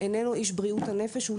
אנחנו